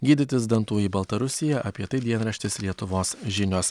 gydytis dantų į baltarusiją apie tai dienraštis lietuvos žinios